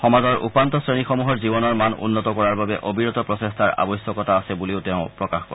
সমাজৰ উপান্ত শ্ৰেণীসমূহৰ জীৱনৰ মান উন্নত কৰাৰ বাবে অবিৰত প্ৰচেষ্টাৰ আৱশ্যকতা আছে বুলিও তেওঁ প্ৰকাশ কৰে